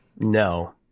No